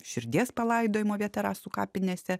širdies palaidojimo vieta rasų kapinėse